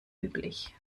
üblich